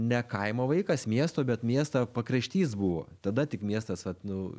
ne kaimo vaikas miesto bet miesto pakraštys buvo tada tik miestas vat nu